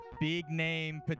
big-name